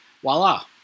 voila